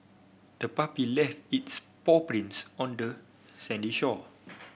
the puppy left its paw prints on the sandy shore